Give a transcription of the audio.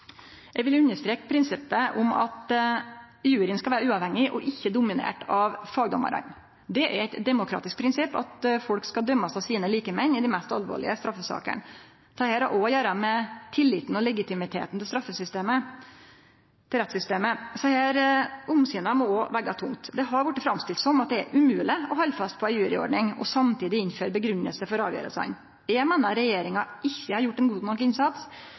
Eg vil understreke prinsippet om at juryen skal vere uavhengig og ikkje dominert av fagdommarane. Det er eit demokratisk prinsipp at folk skal dømmast av sine likemenn i dei mest alvorlege straffesakene. Dette har òg å gjere med tilliten og legitimiteten til rettssystemet, så desse omsyna må òg vege tungt. Det har vorte framstilt som at det er umogleg å halde fast på ei juryordning og samtidig innføre grunngjeving for avgjerdene. Eg meiner regjeringa ikkje har gjort ein god